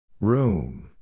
Room